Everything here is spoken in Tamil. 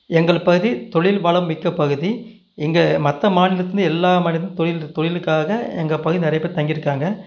எங்கள் பகுதி தொழில் வளம் மிக்க பகுதி எங்கள் மற்ற மாநிலத்திலியும் எல்லா மாநிலத் தொழில் தொழிலுக்காக எங்கள் பகுதியில் நிறைய பேர் தங்கியிருக்காங்க